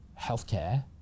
healthcare